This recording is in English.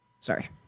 Sorry